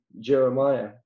jeremiah